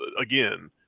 again